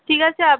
ঠিক আছে আপ